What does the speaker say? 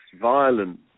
violent